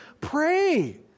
pray